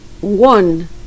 one